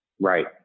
Right